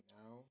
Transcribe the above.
now